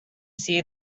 see